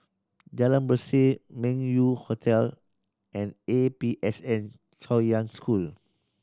Jalan Berseh Meng Yew Hotel and A P S N Chaoyang School